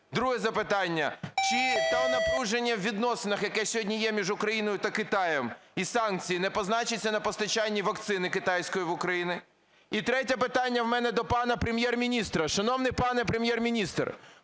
Друге запитання. Чи те напруження у відносинах, яке сьогодні є між Україною та Китаєм, і санкції не позначаться на постачанні вакцини китайської в Україну? І третє питання в мене до пана Прем’єр-міністра. Шановний пане Прем’єр-міністр,